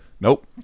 nope